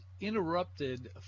interrupted